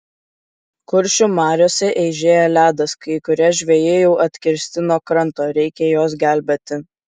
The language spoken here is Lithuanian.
kuršių mariose eižėja ledas kai kurie žvejai jau atkirsti nuo kranto reikia juos gelbėti